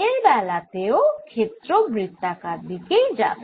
এর বেলা তেও ক্ষেত্র বৃত্তাকার দিকেই যাবে